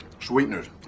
sweeteners